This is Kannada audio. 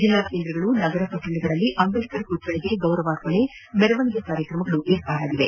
ಜೆಲ್ಲಾ ಕೇಂದ್ರಗಳು ನಗರ ಪಟ್ಟಣಗಳಲ್ಲಿ ಅಂಬೇಡ್ಗರ್ ಪುತ್ತಳಗಳಿಗೆ ಗೌರವಾರ್ಪಣೆ ಮೆರವಣಿಗೆ ಕಾರ್ಯಕ್ರಮಗಳು ಏರ್ಪಾಡಾಗಿವೆ